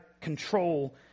control